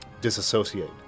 disassociate